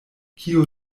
kiu